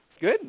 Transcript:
good